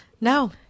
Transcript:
No